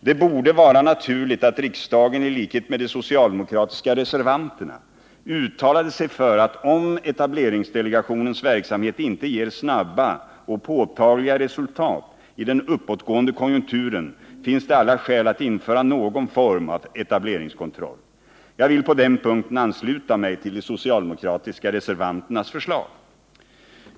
Det borde vara naturligt att riksdagen i likhet med de socialdemokratiska reservanterna uttalade sig för att om etableringsdelegationens verksamhet inte ger snabba och påtagliga resultat i den uppåtgående konjunkturen, finns det alla skäl att införa någon form av etableringskontroll. Jag vill på den punkten ansluta mig till de socialdemokratiska reservanternas förslag.